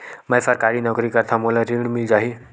मै सरकारी नौकरी करथव मोला ऋण मिल जाही?